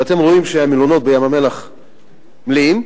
ואתם רואים שהמלונות בים-המלח מלאים,